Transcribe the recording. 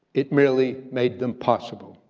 it merely made them possible,